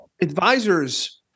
Advisors